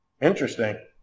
Interesting